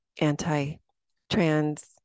anti-trans